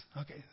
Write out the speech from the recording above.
Okay